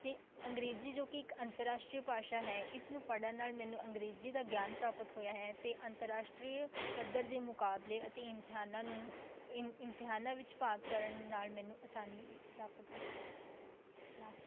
ਅਤੇ ਅੰਗਰੇਜ਼ੀ ਜੋ ਕਿ ਇੱਕ ਅੰਤਰਾਸ਼ਟਰੀ ਭਾਸ਼ਾ ਹੈ ਇਸਨੂੰ ਪੜ੍ਹਨ ਨਾਲ ਮੈਨੂੰ ਅੰਗਰੇਜ਼ੀ ਦਾ ਗਿਆਨ ਪ੍ਰਾਪਤ ਹੋਇਆ ਹੈ ਅਤੇ ਅੰਤਰਾਸ਼ਟਰੀ ਪੱਧਰ ਦੇ ਮੁਕਾਬਲੇ ਅਤੇ ਇਮਤਿਹਾਨਾਂ ਨੂੰ ਇਮਤਿਹਾਨਾਂ ਵਿੱਚ ਭਾਗ ਕਰਨ ਨਾਲ ਮੈਨੂੰ ਆਸਾਨੀ ਪ੍ਰਾਪਤ ਹੋਈ ਹੈ ਲਾਸ